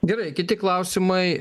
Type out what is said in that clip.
gerai kiti klausimai